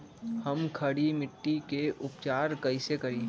हम खड़ी मिट्टी के उपचार कईसे करी?